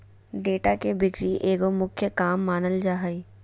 data के बिक्री एगो मुख्य काम मानल जा हइ